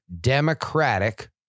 Democratic